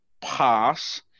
pass